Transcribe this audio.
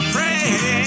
Pray